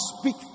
speak